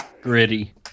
Gritty